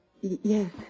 Yes